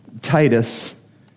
Titus